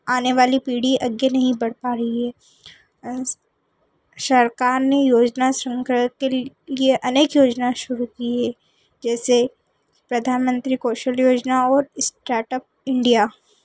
आने वाली पीढ़ी आगे नहीं बढ़ पा रही है सरकार ने योजना शुरू करने के लिए अनेक योजना शुरू की है जैसे प्रधानमंत्री कौशल योजना और स्टार्टअप इंडिया